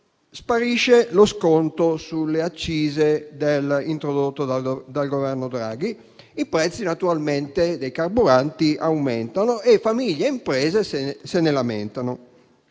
sparisce lo sconto sulle accise introdotto dal Governo Draghi, i prezzi dei carburanti naturalmente aumentano e famiglie e imprese se ne lamentano.